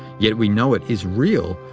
yet we know it is real,